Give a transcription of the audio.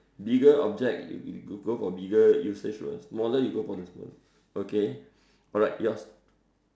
bigger object you go for bigger usage lor what smaller you go for the smaller okay alright yours